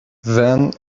then